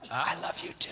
i love you, too.